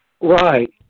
Right